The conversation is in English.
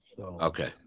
Okay